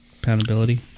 poundability